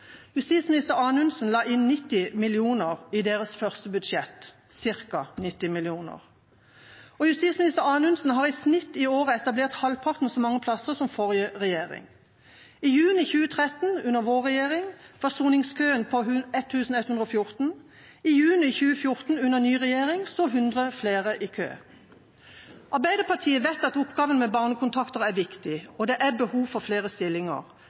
Justisminister Anundsen la inn ca. 90 mill. kr i denne regjeringens første budsjett, og justisminister Anundsen har i snitt i år etablert halvparten så mange plasser som forrige regjering. I juni 2013, under vår regjering, var soningskøen på 1 114. I juni 2014, under ny regjering, sto 100 flere i kø. Arbeiderpartiet vet at oppgaven med barnekontakter er viktig, og det er behov for flere stillinger.